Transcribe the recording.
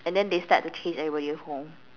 and then they start to chase everybody home